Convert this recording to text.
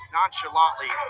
nonchalantly